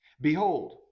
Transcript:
Behold